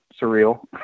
surreal